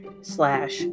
slash